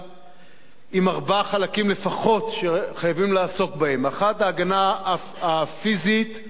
עם ארבעה חלקים לפחות שחייבים לעסוק בהם: 1. ההגנה הפיזית הפסיבית,